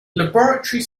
laboratory